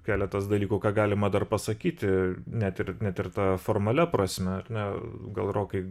keletas dalykų ką galima dar pasakyti net ir net ir ta formalia prasme ar ne gal rokai